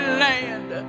land